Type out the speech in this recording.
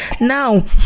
now